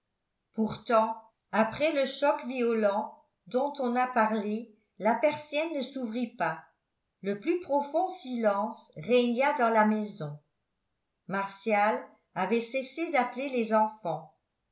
pourtant après le choc violent dont on a parlé la persienne ne s'ouvrit pas le plus profond silence régna dans la maison martial avait cessé d'appeler les enfants